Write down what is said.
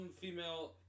female